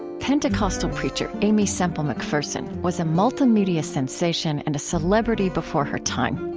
pentecostal preacher aimee semple mcpherson was a multimedia sensation and a celebrity before her time.